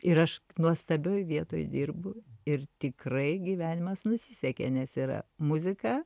ir aš nuostabioj vietoj dirbu ir tikrai gyvenimas nusisekė nes yra muzika